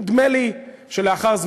או רפובליקת בננות?